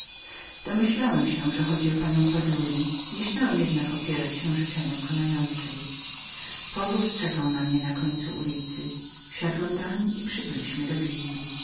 domyśliłem się że chodziło o panią baduli nie śmiałem jednak opierać się życzeniom konającej powóz czekał na mnie na końcu ulicy wsiadłem z osłonioną dziewczyną i przybyliśmy do willi